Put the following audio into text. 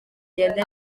ugende